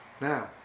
Now